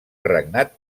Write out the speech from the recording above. regnat